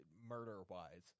murder-wise